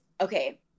Okay